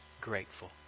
grateful